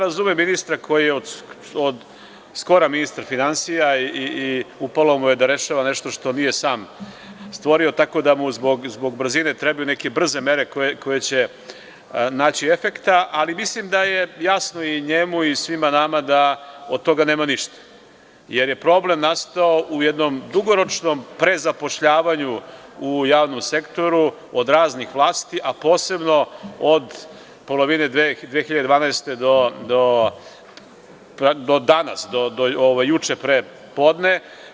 Razumem ministra koji je od skoro ministar finansija i upalo mu je da rešava nešto što nije sam stvorio, tako da mu zbog brzine trebaju neke brze mere koje će naći efekta, ali mislim da je jasno i njemu i svima nama da od toga nema ništa, jer je problem nastao u jednom dugoročnom prezapošljavanju u javnom sektoru od raznih vlasti, a posebno od polovine 2012. do danas, do juče prepodne.